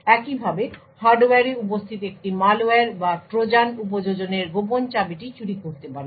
একইভাবে হার্ডওয়্যারে উপস্থিত একটি ম্যালওয়্যার বা ট্রোজান উপযোজনের গোপন চাবিটি চুরি করতে পারে